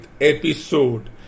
episode